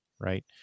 right